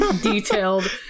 detailed